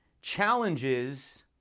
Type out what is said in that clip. challenges